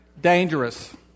dangerous